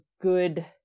good